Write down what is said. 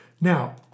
Now